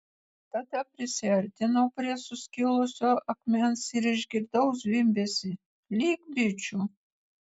tada prisiartinau prie suskilusio akmens ir išgirdau zvimbesį lyg bičių